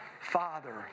father